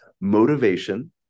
motivation